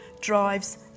drives